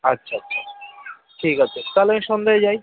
আচ্ছা ঠিক আছে তাহলে সন্ধেয় যাই